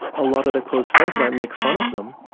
a lot of their close friends might make fun of them.